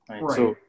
Right